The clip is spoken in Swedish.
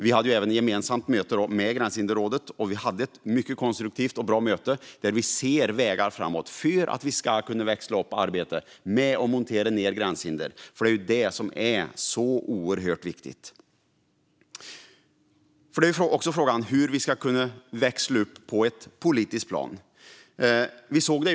Vi hade även ett mycket konstruktivt möte med Gränshinderrådet, och det finns vägar framåt för att växla upp arbetet med att montera ned gränshinder, vilket är oerhört viktigt. Hur ska vi växla upp på ett politiskt plan?